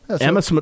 Emma